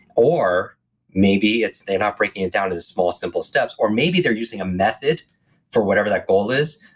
or maybe it's they're not breaking it down to the small simple steps or maybe they're using a method for whatever that goal is,